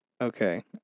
Okay